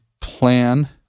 plan